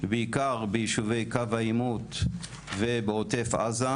בעיקר ביישובי קו העימות ובעוטף עזה,